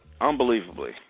unbelievably